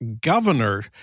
governor